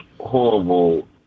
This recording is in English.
horrible